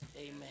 Amen